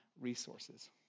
resources